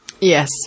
Yes